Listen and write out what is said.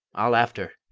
i'll after,